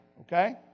okay